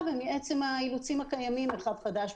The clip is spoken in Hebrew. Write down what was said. ומעצם האילוצים הקיימים מרחב חדש,